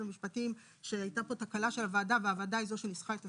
המשפטים שהייתה פה תקלה של הוועדה והוועדה היא זו שניסחה את הסעיף,